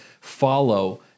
follow